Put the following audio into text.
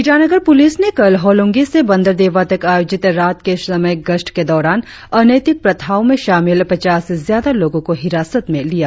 Itanagar police ने कल होलोंगी से बंदरदेवा तक आयोजित रात के समय गश्त के दोरान अनैतिक प्रथाओ में शामिल पचास से ज्यादा लोगो को हिरासत में लिया